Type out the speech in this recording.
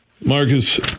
Marcus